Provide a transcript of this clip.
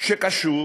שקשור